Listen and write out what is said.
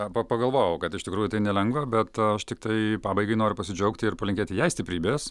arba pagalvojau kad iš tikrųjų tai nelengva bet aš tiktai pabaigai noriu pasidžiaugti ir palinkėti jai stiprybės